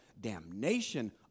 damnation